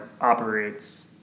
operates